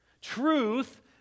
Truth